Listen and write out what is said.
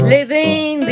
Living